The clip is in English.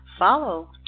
Follow